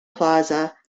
plaza